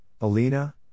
Alina